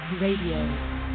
Radio